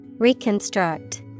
Reconstruct